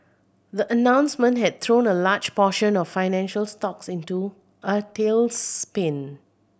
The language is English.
the announcement had thrown a large portion of financial stocks into a tailspin